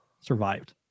survived